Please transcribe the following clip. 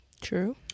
True